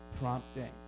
prompting